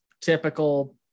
typical